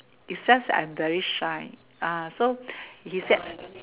it's just that I'm very shy ah so he set